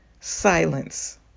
silence